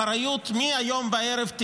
מהיום בערב,